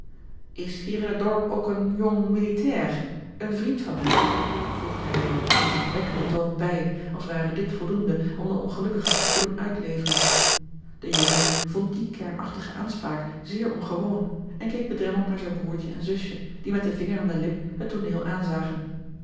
is hier in het dorp ook een jong militair een vriend van mij voegde hij er op ijzingwekkenden toon bij als ware dit voldoende om den ongelukkige te doen uitleveren de jongen vond die kernachtige aanspraak zeer ongewoon en keek bedremmeld naar zijn broêrtje en zusje die met den vinger aan de lip het tooneel aanzagen